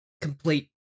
complete